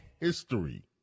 history